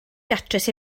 datrys